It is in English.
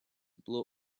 blow